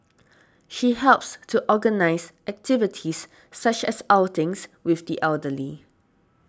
she helps to organise activities such as outings with the elderly